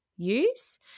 use